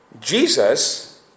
Jesus